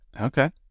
Okay